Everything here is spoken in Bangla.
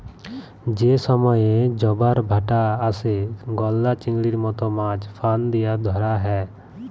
যে সময়ে জবার ভাঁটা আসে, গলদা চিংড়ির মত মাছ ফাঁদ দিয়া ধ্যরা হ্যয়